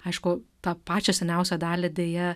aišku tą pačią seniausią dalį deja